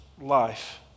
life